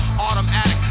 automatic